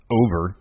over